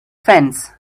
fence